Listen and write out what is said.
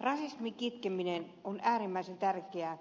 rasismin kitkeminen on äärimmäisen tärkeää